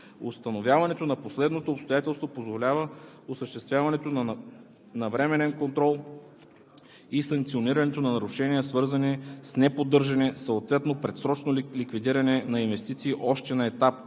Установяването на последното обстоятелство позволява осъществяването на навременен контрол и санкционирането на нарушения, свързани с неподдържане, съответно предсрочно ликвидиране на инвестиции, още на етап